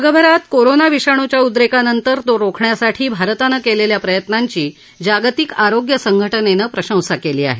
जगभरात कोरोना विषाणुच्या उद्रेकानंतर तो रोखण्यासाठी भारतानं केलेल्या प्रयत्नांची जागतिक आरोग्य संघटनेनं प्रशंसा केली आहे